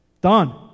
done